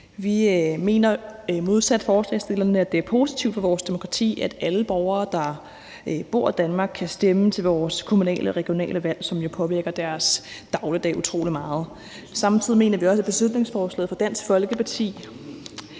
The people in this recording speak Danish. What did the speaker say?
Vi mener modsat forslagsstillerne, at det er positivt for vores demokrati, at alle borgere, der bor i Danmark, kan stemme til vores kommunale og regionale valg, som jo påvirker deres dagligdag utrolig meget. Samtidig mener vi også, at beslutningsforslaget fra Dansk Folkeparti